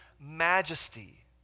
majesty